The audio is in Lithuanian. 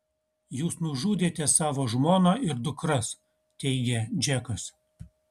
jūs nužudėte savo žmoną ir dukras teigia džekas